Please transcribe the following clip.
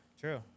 True